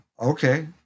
Okay